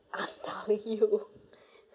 I know you